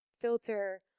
filter